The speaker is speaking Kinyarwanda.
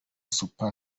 super